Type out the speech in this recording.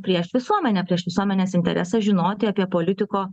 prieš visuomenę prieš visuomenės interesą žinoti apie politiko